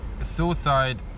suicide